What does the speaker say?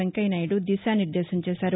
వెంకయ్యనాయుడు దిశా నిర్దేశం చేశారు